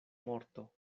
morto